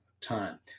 time